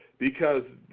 because,